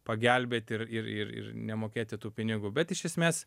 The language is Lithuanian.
pagelbėt ir ir ir ir nemokėti tų pinigų bet iš esmės